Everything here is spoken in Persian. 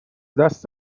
دست